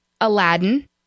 Aladdin